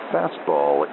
Fastball